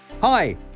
Hi